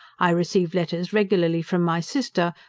i receive letters regularly from my sister,